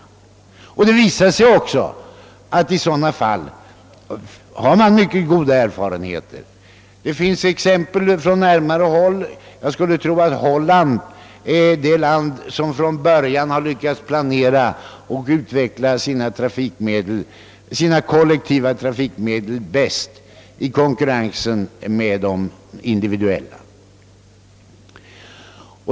Erfarenheterna av denna kollektiva trafik var mycket goda. Det finns liknande exempel på närmare håll. Jag skulle tro att Holland är det land som från början bäst lyckats planera och utveckla sina kollektiva trafikmedel på ett sådant sätt, att dessa kan konkurrera med de individuella trafikmedlen.